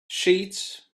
sheets